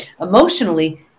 Emotionally